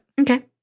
Okay